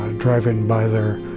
ah driving by there,